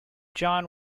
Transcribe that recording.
john